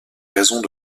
raisons